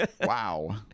Wow